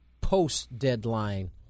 post-deadline